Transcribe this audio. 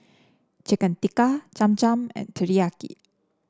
Chicken Tikka Cham Cham and Teriyaki